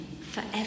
forever